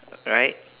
yup right